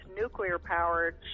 nuclear-powered